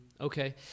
Okay